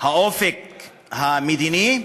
האופק המדיני,